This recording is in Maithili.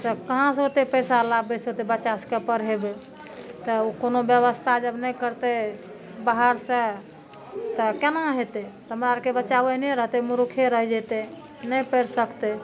तब कहाँ से ओते पैसा आनबै से तऽ बच्चा सबके पढ़ेबै तऽ ओ कोनो व्यवस्था नहि करतै बहार सऽ तऽ केना हेतै हमरा आरके बच्चा ओहने रहतै मुर्खे रहि जैतै नहि पढ़ि सकतै